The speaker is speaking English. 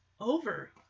Over